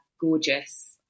gorgeous